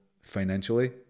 financially